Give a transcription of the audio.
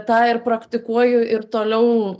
tą ir praktikuoju ir toliau